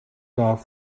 off